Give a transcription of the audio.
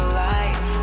lights